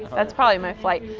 that's probably my flight.